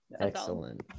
excellent